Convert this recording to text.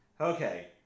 Okay